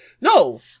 no